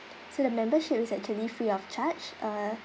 so the membership is actually free of charge uh